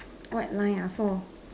white line ah four